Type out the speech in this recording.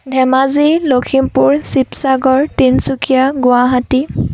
Dhemaji Lakhimpur Sivasagar Tinsukia Guwahati